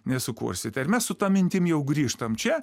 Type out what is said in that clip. nesukursit ir mes su ta mintim jau grįžtam čia